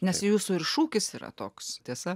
nes jūsų ir šūkis yra toks tiesa